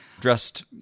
dressed